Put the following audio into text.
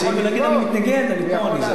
הוא יכול להגיד: אני מתנגד, הוא יכול לפנות.